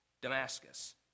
Damascus